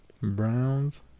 Browns